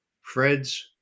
fred's